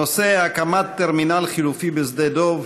הנושא: הקמת טרמינל חלופי בשדה דב.